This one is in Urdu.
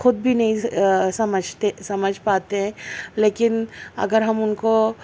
خود بھی نہیں سمجھتے سمجھ پاتے ہیں لیکن اگر ہم ان کو